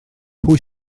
pwy